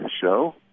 show